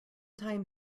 time